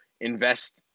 invest –